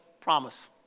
promise